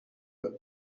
but